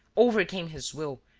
overcame his will,